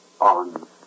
On